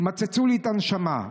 מצצו לי את הנשמה.